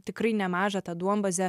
tikrai nemažą tą duombazę